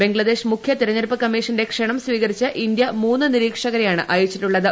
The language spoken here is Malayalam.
ബംഗ്ലാദേശ് മുഖ്യ തെരെഞ്ഞെടുപ്പ് കമ്മീഷന്റെ ക്ഷണം സ്വീകരിച്ച് ഇന്ത്യ മൂന്ന് നിരീക്ഷരെയാണ് അയച്ചിട്ടുള്ളത്